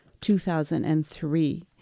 2003